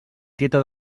tieta